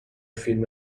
فیلم